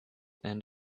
and